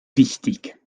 richtig